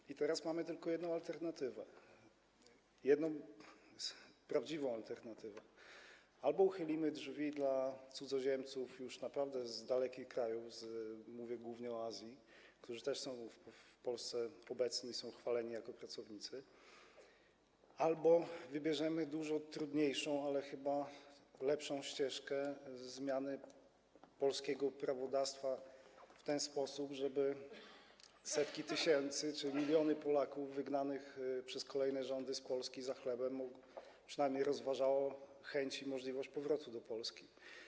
I teraz mamy tylko jedną alternatywę, jedną prawdziwą alternatywę: albo uchylimy drzwi dla cudzoziemców z naprawdę dalekich krajów - mówię głównie o Azji - którzy też są obecni w Polsce i są chwaleni jako pracownicy, albo wybierzemy dużo trudniejszą, ale chyba lepszą ścieżkę zmiany polskiego prawodawstwa w ten sposób, żeby setki tysięcy czy miliony Polaków wygnanych przez kolejne rządy z Polski za chlebem przynajmniej rozważało chęć i możliwość powrotu do Polski.